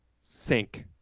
sink